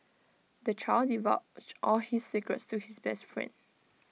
the child divulged all his secrets to his best friend